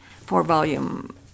four-volume